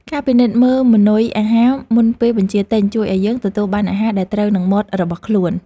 ការពិនិត្យមើលម៉ឺនុយអាហារមុនពេលបញ្ជាទិញជួយឱ្យយើងទទួលបានអាហារដែលត្រូវនឹងមាត់របស់ខ្លួន។